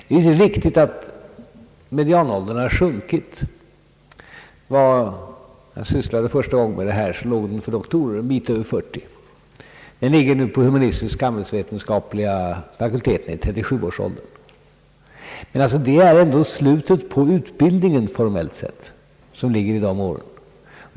Det är riktigt att medianåldern har sjunkit. När jag första gången sysslade med detta ärende var den för doktorer en bit över 40. Den ligger nu på den humanistiskt-samhällsvetenskapliga fakulteten i 37-årsåldern. Det är ändå slutet på utbildningen, formeilt sett, som ligger i de åren.